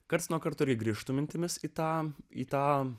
karts nuo karto grįžtu mintimis į tą į tą